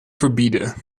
verbieden